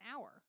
hour